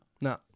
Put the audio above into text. No